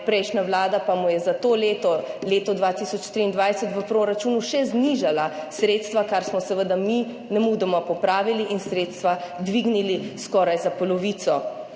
prejšnja vlada pa mu je za to leto, leto 2023, v proračunu še znižala sredstva, kar smo seveda mi nemudoma popravili in sredstva dvignili skoraj za polovico.